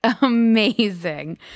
amazing